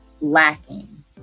lacking